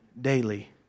daily